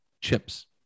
Chips